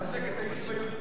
לחזק את היישוב היהודי בחברון.